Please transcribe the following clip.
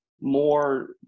more